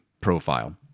profile